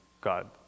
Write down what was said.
God